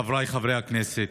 חבריי חברי הכנסת,